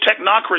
technocracy